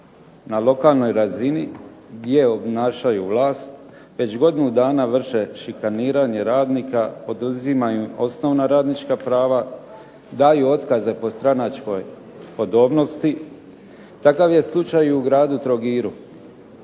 na lokalnoj razini gdje obnašaju vlast već godinu dana vrše šikaniranje radnika, oduzimaju im osnovna radnička prava, daju otkaze po stranačkoj podobnosti. Takav je slučaj i u gradu Trogiru